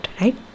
right